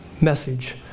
message